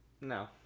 No